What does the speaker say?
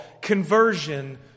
conversion